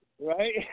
Right